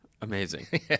Amazing